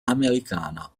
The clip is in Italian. americana